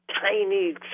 tiny